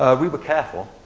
ah we were careful.